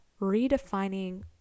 redefining